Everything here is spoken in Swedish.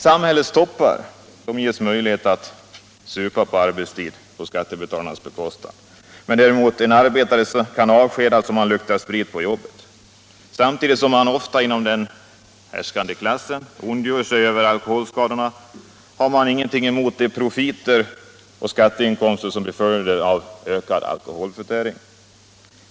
Samhällets toppar ges möjlighet att supa under arbetstid på skattebetalarnas bekostnad medan däremot en arbetare kan avskedas om han luktar sprit på jobbet. Samtidigt som man ofta inom den härskande klassen ondgör sig över alkoholskadorna har man ingenting emot de profiter och skatteinkomster som blir följden av en ökad alkoholförtäring.